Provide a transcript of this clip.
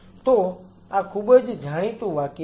તો આ ખુબજ જાણીતું વાક્ય છે